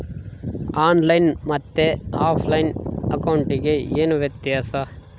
On line ಮತ್ತೆ offline ಅಕೌಂಟಿಗೆ ಏನು ವ್ಯತ್ಯಾಸ?